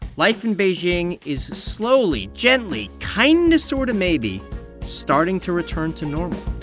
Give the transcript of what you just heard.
life in beijing is slowly, gently, kind of, sort of, maybe starting to return to normal